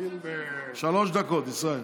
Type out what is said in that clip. שלוש דקות, ישראל.